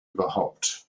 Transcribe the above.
überhaupt